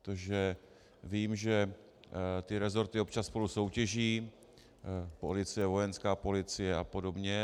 Protože vím, že ty resorty občas spolu soutěží, policie, Vojenská policie apod.